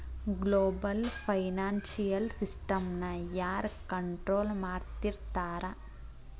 Global financial ಸಿಸ್ಟಮ್ನ ಯಾರ್ control ಮಾಡ್ತಿರ್ತಾರ?